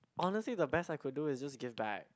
honestly the best I could do is just give back